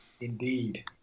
Indeed